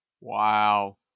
Wow